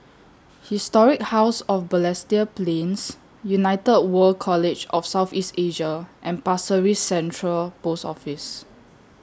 Historic House of Balestier Plains United World College of South East Asia and Pasir Ris Central Post Office